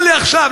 אבל לעכשיו,